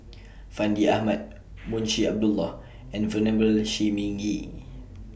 Fandi Ahmad Munshi Abdullah and Venerable Shi Ming Yi